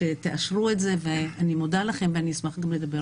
כשתאשרו את זה ואני מודה לכם ואני אשמח גם לדבר